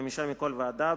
חמישה מכל ועדה,